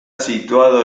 situado